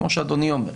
כמו שאדוני אומר,